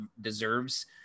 deserves